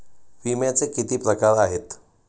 विम्याचे किती प्रकार आहेत?